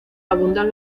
abundan